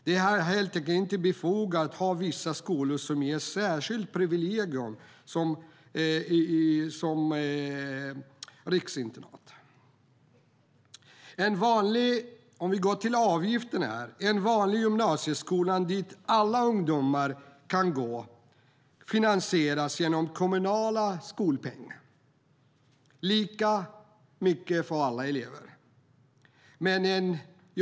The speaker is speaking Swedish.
Det är helt enkelt inte befogat att ha vissa skolor som ges ett särskilt privilegium som riksinternat. Vi kan gå till avgifterna. En vanlig gymnasieskola där alla ungdomar kan gå finansieras genom den kommunala skolpengen - lika mycket för alla elever.